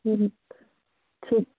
হুম ঠিক